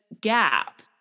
gap